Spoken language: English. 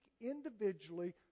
individually